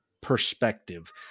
perspective